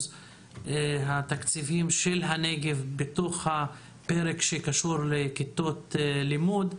התקציבים של הנגב בתוך הפרק שקשור לכיתות לימוד,